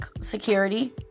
security